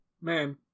Man